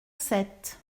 sept